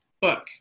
book